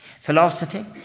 Philosophy